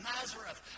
Nazareth